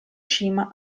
cima